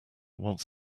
wants